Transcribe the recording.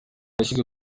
yashyize